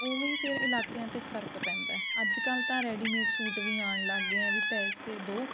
ਉਵੇਂ ਹੀ ਫਿਰ ਇਲਾਕਿਆਂ 'ਤੇ ਫਰਕ ਪੈਂਦਾ ਅੱਜ ਕੱਲ੍ਹ ਤਾਂ ਰੈਡੀਮੇਡ ਸੂਟ ਵੀ ਆਉਣ ਲੱਗ ਗਏ ਆ ਵੀ ਪੈਸੇ ਦਿਉ